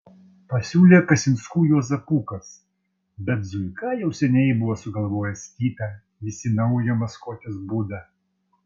pasiūlė kasinskų juozapukas bet zuika jau seniai buvo sugalvojęs kitą visi naują maskuotės būdą